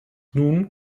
nun